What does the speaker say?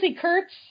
Kurtz